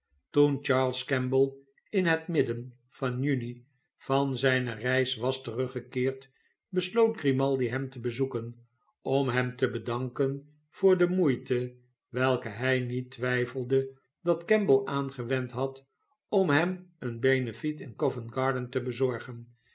toen charles keinble in het midden van juni van zijne reis was teruggekeerd besloot grimaldi hem te bezoeken om hem te bedanken voor de moeite welke hij niet twijfelde dat kemble aangewend had om hem een benefiet in covent-garden te bezorgen